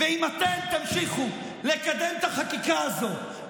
ואם אתם תמשיכו לקדם את החקיקה הזאת,